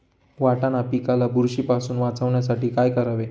वाटाणा पिकाला बुरशीपासून वाचवण्यासाठी काय करावे?